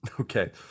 Okay